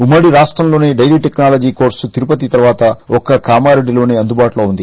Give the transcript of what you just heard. ఉమ్మడి రాష్టంలోనే dairy technology కోర్పు తిరుపతి తర్వాత ఒక్క కామారెడ్డి లోనే అందుబాటులో ఉంది